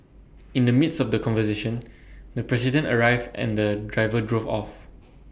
in the midst of the conversation the president arrived and the driver drove off